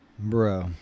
Bro